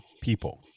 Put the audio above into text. people